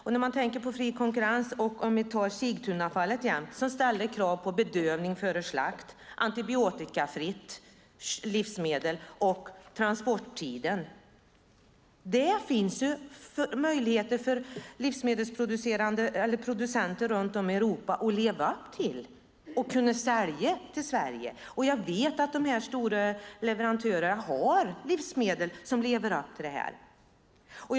Låt mig ta upp frågan om fri konkurrens och Sigtunafallet. Där ställdes krav på bedövning före slakt, antibiotikafritt livsmedel och transporttiden. Där finns möjligheter för livsmedelproducenter runt om i Europa att leva upp till kraven och sälja till Sverige. Jag vet att de stora leverantörerna producerar livsmedel som lever upp till kraven.